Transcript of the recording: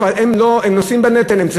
הם נושאים בנטל?